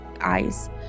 eyes